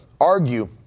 argue